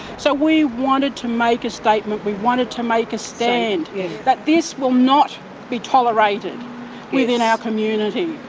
so we wanted to make a statement, we wanted to make a stand that this will not be tolerated within our community,